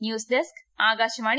news desk Akashvani